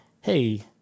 Hey